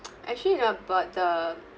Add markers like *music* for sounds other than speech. *noise* actually you know about the